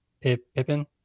Pippin